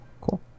Cool